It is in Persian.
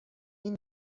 این